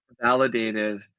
validated